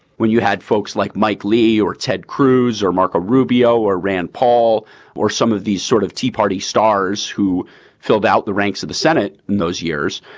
when you had folks like mike lee or ted cruz or marco rubio or rand paul or some of these sort of tea party stars who filled out the ranks of the senate in those years.